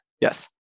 Yes